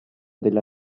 della